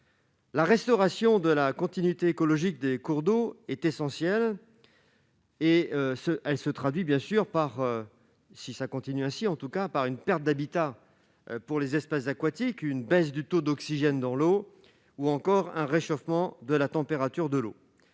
La restauration de la continuité écologique des cours d'eau est essentielle. Le défaut d'une telle restauration se traduit par une perte d'habitat pour les espèces aquatiques, une baisse du taux d'oxygène dans l'eau, ou encore un réchauffement de la température de celle-ci.